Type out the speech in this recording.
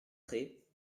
prés